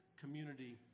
community